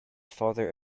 father